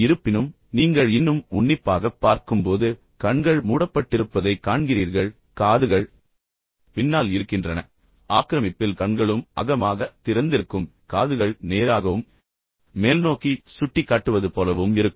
இருப்பினும் நீங்கள் இன்னும் உன்னிப்பாகப் பார்க்கும்போது கண்கள் மூடப்பட்டிருப்பதைக் காண்கிறீர்கள் பின்னர் காதுகள் பின்னால் இருக்கின்றன ஏனெனில் ஆக்கிரமிப்பில் கண்களும் அகலமாக திறந்திருக்கும் காதுகள் நேராகவும் மேல்நோக்கி சுட்டிக்காட்டுவது போலவும் இருக்கும்